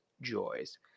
joys